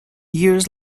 years